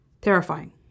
Terrifying